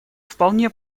вполне